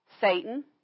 Satan